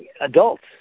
adults